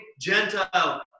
Gentile